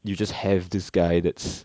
you just have this guy that's